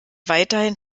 weiterhin